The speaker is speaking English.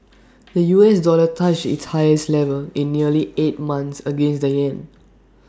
the U S dollar touched its highest level in nearly eight months against the Yen